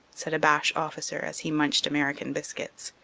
said a boche officer as he munched american biscuits.